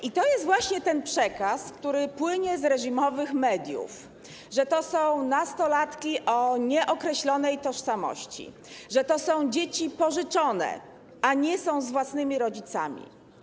I to jest właśnie ten przekaz, który płynie z reżimowych mediów, że to są nastolatki o nieokreślonej tożsamości, że to są dzieci pożyczone, że nie są z własnymi rodzicami.